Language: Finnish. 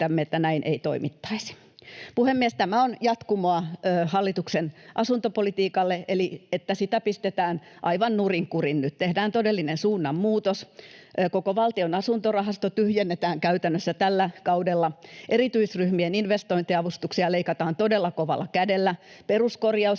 että näin ei toimittaisi. Puhemies! Tämä on jatkumoa hallituksen asuntopolitiikalle eli sille, että sitä pistetään aivan nurin kurin. Nyt tehdään todellinen suunnanmuutos. Koko valtion asuntorahasto tyhjennetään käytännössä tällä kaudella, erityisryhmien investointiavustuksia leikataan todella kovalla kädellä, peruskorjausrahoja